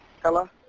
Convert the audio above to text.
Hello